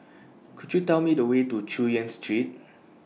Could YOU Tell Me The Way to Chu Yen Street